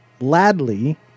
Ladley